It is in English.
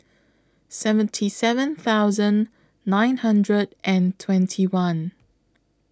seventy seven thousand nine hundred and twenty one